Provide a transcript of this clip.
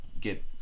get